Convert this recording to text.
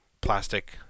plastic